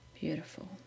Beautiful